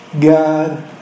God